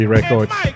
Records